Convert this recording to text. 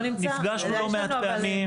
נפגשנו לא מעט פעמים.